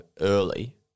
early